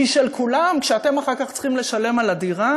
שהיא של כולם, ואתם אחר כך צריכים לשלם על הדירה?